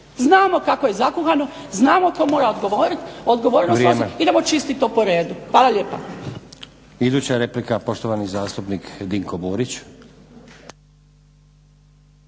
Znamo kako je zakuhano, znamo tko mora odgovarati, idemo čistiti to po redu. Hvala lijepa.